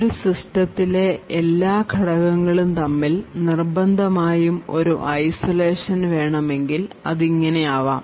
ഒരു സിസ്റ്റത്തിലെ എല്ലാ ഘടകങ്ങളും തമ്മിൽ നിർബന്ധമായും ഒരു ഐസോലേഷൻ വേണമെങ്കിൽ അത് ഇങ്ങനെ ആകാം